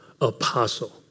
apostle